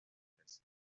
empresa